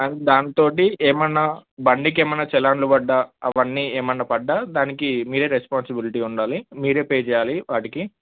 and దాంతోటి ఏమైనా బండికి ఏమైనా చలాన్లు పడ్డ అవన్నీ ఏమైనా పడ్డ దానికి మీరే రెస్పాన్సిబిలిటీ ఉండాలి మీరే పే చేయాలి వాటికి